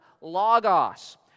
Logos